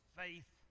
faith